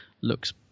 looks